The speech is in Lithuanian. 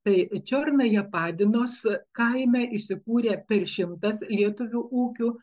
tai čiornaja padinos kaime įsikūrė per šimtas lietuvių ūkių